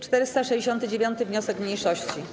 469. wniosek mniejszości.